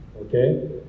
Okay